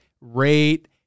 rate